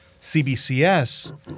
CBCS